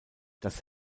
das